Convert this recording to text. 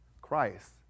Christ